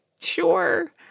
sure